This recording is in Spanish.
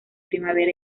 primavera